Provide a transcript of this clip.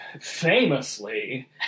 famously